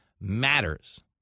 matters